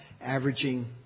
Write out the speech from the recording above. averaging